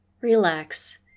relax